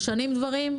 משנים דברים,